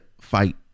fight